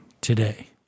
today